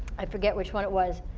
i forget which one it was,